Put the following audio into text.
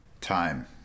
time